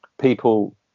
people